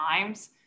times